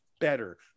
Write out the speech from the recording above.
better